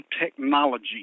technology